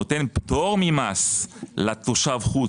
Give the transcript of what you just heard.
נותן פטור ממס לתושב חוץ,